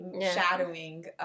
shadowing